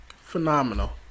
phenomenal